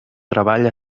treball